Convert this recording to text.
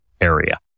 area